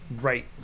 Right